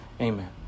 amen